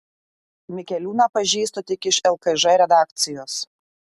mikeliūną pažįstu tik iš lkž redakcijos